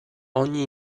ogni